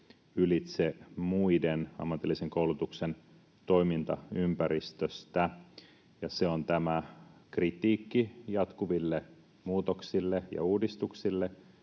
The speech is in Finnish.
ylitse muiden ammatillisen koulutuksen toimintaympäristöstä. Se on tämä kritiikki jatkuville muutoksille ja uudistuksille